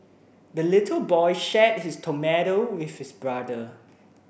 the little boy shared his tomato with his brother